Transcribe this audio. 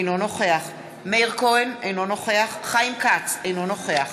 אינו נוכח מאיר כהן, אינו נוכח חיים כץ, אינו נוכח